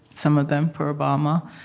some of them, for obama,